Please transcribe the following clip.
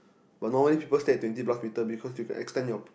but normally people stay at twenty plus meter because you can extend your